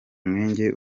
mwenge